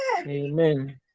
Amen